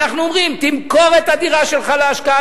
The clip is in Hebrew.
אנחנו אומרים: תמכור את הדירה שלך להשקעה,